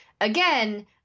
Again